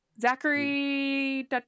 Zachary